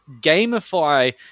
gamify